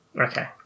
Okay